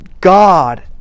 God